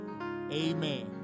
Amen